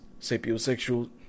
Sapiosexual